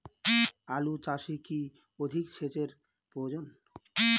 আলু চাষে কি অধিক সেচের প্রয়োজন?